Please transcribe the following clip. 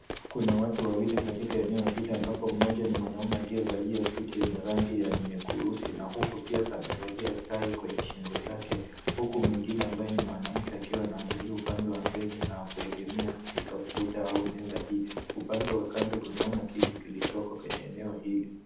Kuna watu wawili katika eneo hili ambapo mmoja ni mwanaume aliyevalia suti yenye rangi ya nyeusi na huku pia amevalia tai kwenye shingo lake huku mwingine ambaye ni mwanamke anaangalia upande wa mbele na kuegemea katika ukuta au meza hii. Upande wa kando tunaona kiti kilichoko kwenye eneo hili.